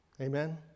Amen